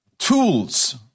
tools